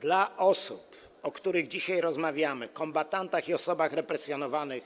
Dla osób, o których dzisiaj rozmawiamy, kombatantów i osób represjonowanych,